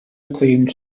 acclaimed